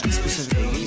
specifically